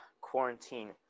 quarantine